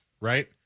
right